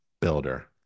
Builder